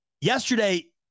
Yesterday